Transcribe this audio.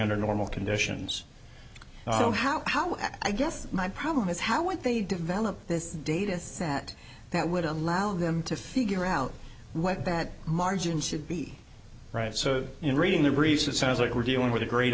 under normal conditions oh how how i guess my problem is how would they develop this dataset that would allow them to figure out what that margin should be right so in reading the briefs it sounds like we're dealing with a great